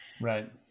Right